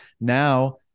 now